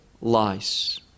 lies